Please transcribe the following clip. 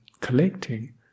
collecting